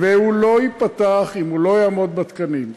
והוא לא ייפתח אם הוא לא יעמוד בתקנים.